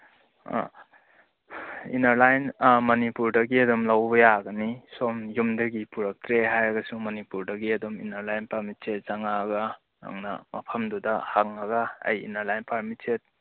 ꯑꯥ inner line ꯑꯥ ꯃꯅꯤꯄꯨꯔꯗꯒꯤ ꯑꯗꯨꯝ ꯂꯧꯕ ꯌꯥꯒꯅꯤ ꯁꯣꯝ ꯌꯨꯝꯗꯒꯤ ꯄꯨꯔꯛꯇ꯭ꯔꯦ ꯍꯥꯏꯔꯒꯁꯨ ꯃꯅꯤꯄꯨꯔꯗꯒꯤ ꯑꯗꯨꯝ ꯏꯅꯔ ꯂꯥꯏꯟ ꯄꯥꯔꯃꯤꯠꯁꯦ ꯆꯪꯉꯛꯑꯒ ꯅꯪꯅ ꯃꯐꯝꯗꯨꯗ ꯍꯪꯉꯒ ꯑꯩ ꯏꯅꯔ ꯂꯥꯏꯟ ꯄꯥꯔꯃꯤꯠꯁꯦ